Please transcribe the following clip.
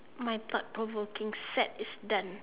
my thought provoking set is done